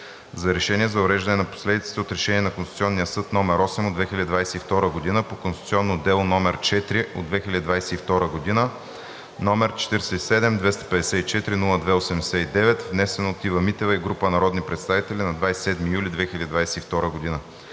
на решение за уреждане на последиците от Решение на Конституционния съд № 8 от 2022 г. по конституционно дело № 4 от 2022 г., № 47-254-02-89, внесен от Ива Митева и група народни представители на 27 юли 2022 г.